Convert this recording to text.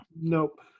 nope